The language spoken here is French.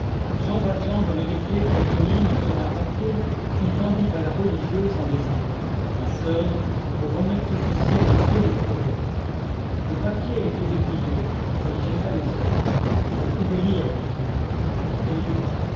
jean valjean venait d'écrire quelques lignes sur un papier qu'il tendit à la religieuse en disant ma soeur vous remettrez ceci à monsieur le curé le papier était déplié elle y jeta les yeux vous pouvez lire dit-il